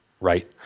right